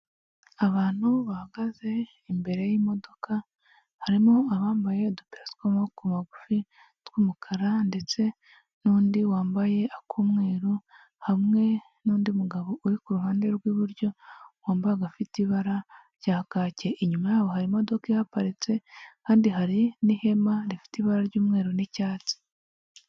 Abantu bahagaze imbere y'imodoka harimo abambaye udupira tw'amaboko magufi tw'umukara ndetse n'undi wambaye ak'umweru, hamwe n'undi mugabo uri ku ruhande rw'iburyo wambaye agafite ibara rya kake. Inyuma yaho hari imodoka ihaparitse kandi hari n'ihema rifite ibara ry'umweru n'icyatsi.